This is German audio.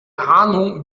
ahnung